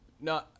No